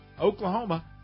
Oklahoma